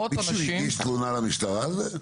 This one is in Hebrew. מישהו הגיש תלונה למשטרה על זה?